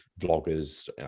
vloggers